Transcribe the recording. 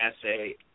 essay